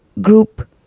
group